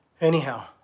Anyhow